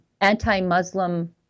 anti-Muslim